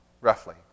roughly